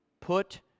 Put